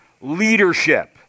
leadership